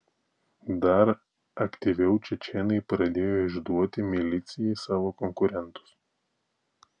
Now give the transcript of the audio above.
dar aktyviau čečėnai pradėjo išduoti milicijai savo konkurentus